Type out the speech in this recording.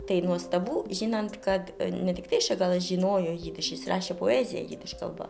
tai nuostabu žinant kad ne tiktai šagalas žinojo jidiš jis rašė poeziją jidiš kalba